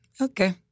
okay